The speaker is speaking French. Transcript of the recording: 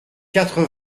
quatre